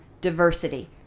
diversity